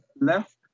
left